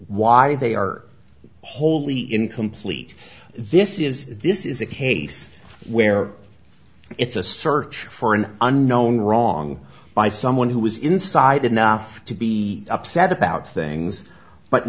why they are wholly incomplete this is this is a case where it's a search for an unknown wrong by someone who was inside enough to be upset about things but